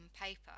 paper